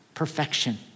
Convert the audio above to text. perfection